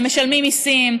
הם משלמים מיסים,